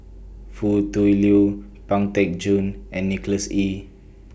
Foo Tui Liew Pang Teck Joon and Nicholas Ee